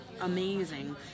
amazing